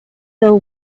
the